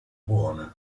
buone